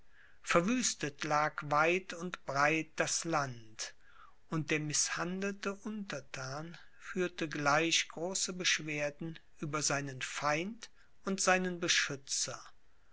verwüstet lag weit und breit das land und der mißhandelte unterthan führte gleich große beschwerden über seinen feind und seinen beschützer